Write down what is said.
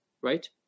right